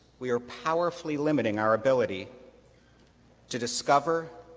we are powerfully limiting our ability to discover,